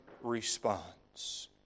response